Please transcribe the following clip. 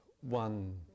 one